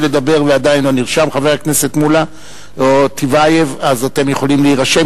אבל אתם מיעוט.